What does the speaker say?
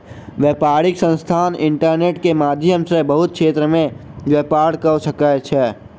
व्यापारिक संस्थान इंटरनेट के माध्यम सॅ बहुत क्षेत्र में व्यापार कअ सकै छै